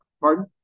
pardon